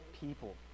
people